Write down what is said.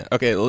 Okay